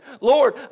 Lord